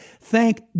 Thank